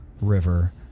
river